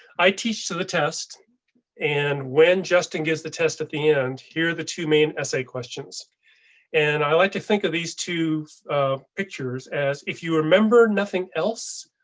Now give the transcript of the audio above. i teach to the test and when justin gives the test at the end, here the two main essay questions and i like to think of these two pictures as if you remember nothing else.